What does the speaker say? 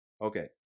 Okay